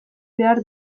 behar